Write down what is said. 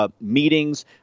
Meetings